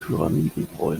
pyramidenbräu